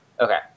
Okay